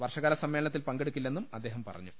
വർഷകാല സമ്മേളനത്തിൽ പങ്കെടുക്കില്ലെന്നും അദ്ദേഹം പറഞ്ഞു